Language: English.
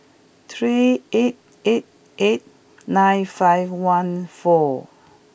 three eight eight eight nine five one four